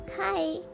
hi